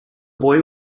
boy